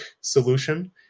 solution